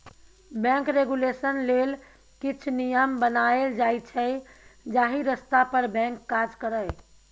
bank regulation लेल किछ नियम बनाएल जाइ छै जाहि रस्ता पर बैंक काज करय